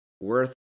worth